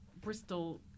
Bristol